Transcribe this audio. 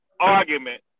argument